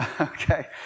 okay